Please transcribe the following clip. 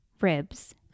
Ribs